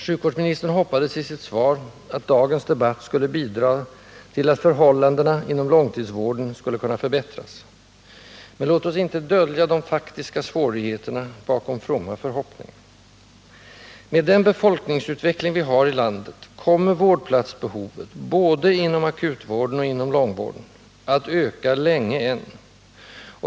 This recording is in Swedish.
Sjukvårdsministern hoppades i sitt svar att dagens debatt skulle bidra till att förhållandena inom långtidsvården skulle kunna förbättras. Men låt oss inte dölja de faktiska svårigheterna bakom fromma förhoppningar. Med den befolkningsutveckling vi har i landet kommer vårdplatsbehovet, både inom akutvården och inom långvården, att öka länge än.